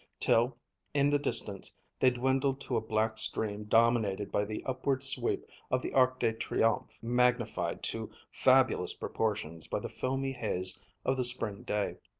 till in the distance they dwindled to a black stream dominated by the upward sweep of the arc de triomphe, magnified to fabulous proportions by the filmy haze of the spring day.